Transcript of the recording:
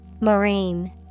Marine